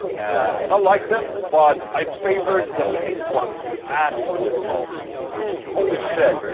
i ah like them. but i favored the pink one the absolute most holy shit.